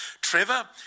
Trevor